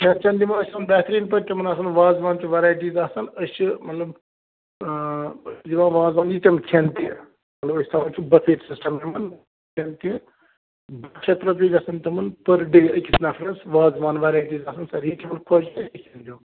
کھٮ۪ن چٮ۪ن دِمو أسۍ یِمن بہتریٖن پٲٹھۍ تِمن آسن وازٕوان چہِ ویرایٹی آسن أسۍ چھِ مطلب أسۍ چھِ دِوان وازٕوان یہِ تِم کھٮ۪ن تہٕ مطلب أسۍ تھَوان چھِ بہتر سِسٹم کیٛازِ کہِ کھٮ۪ن چٮ۪نسٕے منٛز گژھَن تِمن پٔر ڈیٚے أکِس نفرس وازٕوان ویراٹیٖز آسان سٲرِی یہِ تِمن خۄش گَژھِ أسۍ دِمو